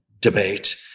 debate